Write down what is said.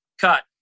cut